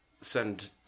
send